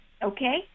Okay